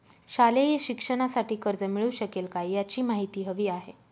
शालेय शिक्षणासाठी कर्ज मिळू शकेल काय? याची माहिती हवी आहे